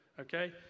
Okay